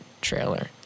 trailer